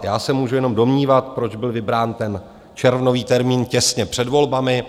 Já se můžu jenom domnívat, proč byl vybrán ten červnový termín těsně před volbami.